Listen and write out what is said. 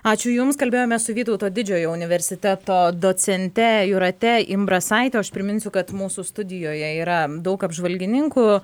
ačiū jums kalbėjome su vytauto didžiojo universiteto docente jūrate imbrasaite o aš priminsiu kad mūsų studijoje yra daug apžvalgininkų